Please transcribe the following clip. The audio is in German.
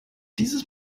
dieses